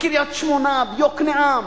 בקריית-שמונה ביוקנעם.